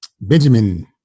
Benjamin